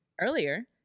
Earlier